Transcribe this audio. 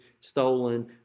stolen